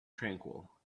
tranquil